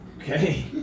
Okay